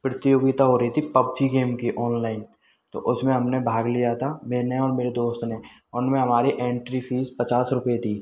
प्रतियोगिता हो रही थी पुब्जी गेम की ऑनलाइन तो उसमें हमने भाग लिया था मैंने और मेरे दोस्त ने उनमें हमारे एंट्री फीस पचास रुपये दी